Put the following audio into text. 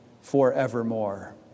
forevermore